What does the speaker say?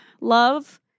love